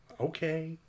Okay